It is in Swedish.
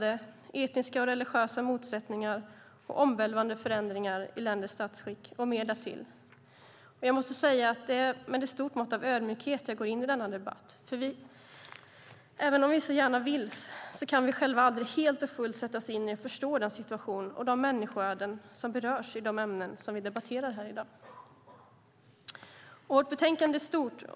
Det är etniska och religiösa motsättningar och omvälvande förändringar i länders statsskick och mer därtill. Jag måste säga att det är med ett stort mått av ödmjukhet jag går in i denna debatt. Även om vi gärna vill kan vi själva aldrig helt och fullt sätta oss in i och förstå den situation och de människoöden som berörs när det gäller de ämnen som vi debatterar här i dag. Vårt betänkande är stort.